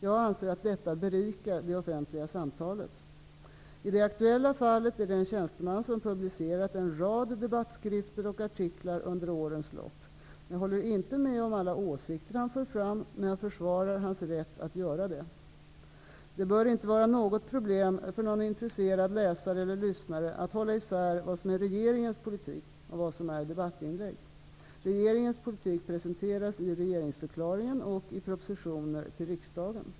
Jag anser att detta berikar det offentliga samtalet. I det aktuella fallet är det en tjänsteman som publicerat en rad debattskrifter och artiklar under årens lopp. Jag håller inte med om alla åsikter han för fram, men jag försvarar hans rätt att göra det. Det bör inte vara något problem för någon intresserad läsare eller lyssnare att hålla isär vad som är regeringens politik och vad som är debattinlägg. Regeringens politik presenteras i regeringsförklaringen och i propositioner till riksdagen.